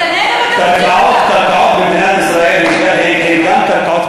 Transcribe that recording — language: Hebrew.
הקרקעות במדינת ישראל הן גם קרקעות